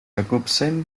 jacobsen